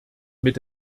mit